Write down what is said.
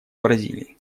бразилии